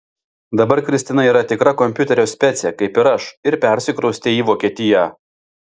dabar kristina yra tikra kompiuterio specė kaip ir aš ir persikraustė į vokietiją